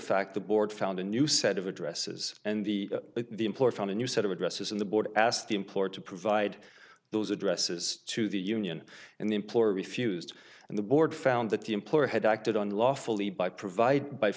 fact the board found a new set of addresses and the the employer found a new set of addresses in the board asked the employer to provide those addresses to the union and the employer refused and the board found that the employer had acted on lawfully by provide by